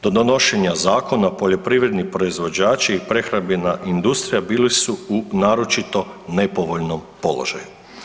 Do donošenja zakona poljoprivredni proizvođači i prehrambena industrija bili su u naročito nepovoljnom položaju.